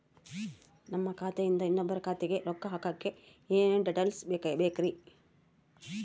ನಮ್ಮ ಖಾತೆಯಿಂದ ಇನ್ನೊಬ್ಬರ ಖಾತೆಗೆ ರೊಕ್ಕ ಹಾಕಕ್ಕೆ ಏನೇನು ಡೇಟೇಲ್ಸ್ ಬೇಕರಿ?